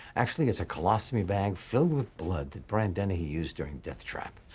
actually it's a colostomy bag filled with blood that brian dennehy used during deathtrap.